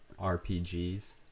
rpgs